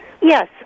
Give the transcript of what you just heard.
Yes